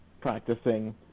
practicing